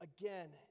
again